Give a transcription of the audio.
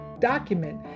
document